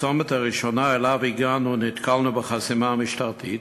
בצומת הראשון שאליו הגענו נתקלנו בחסימה המשטרתית.